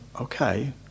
okay